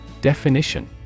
Definition